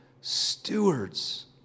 stewards